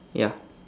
ya